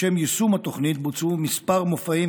לשם יישום התוכנית בוצעו כמה מופעים,